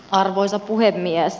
arvoisa puhemies